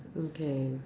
okay